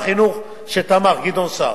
החינוך גדעון סער,